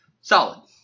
solid